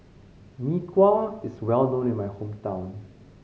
Mee Kuah is well known in my hometown